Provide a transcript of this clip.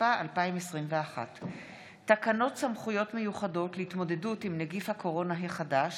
התשפ"א 2021. תקנות סמכויות מיוחדות להתמודדות עם נגיף הקורונה החדש